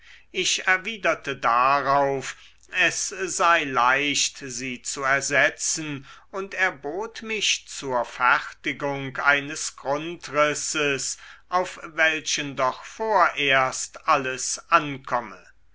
ich erwiderte darauf es sei leicht sie zu ersetzen und erbot mich zur fertigung eines grundrisses auf welchen doch vorerst alles ankomme